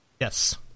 Yes